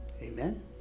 amen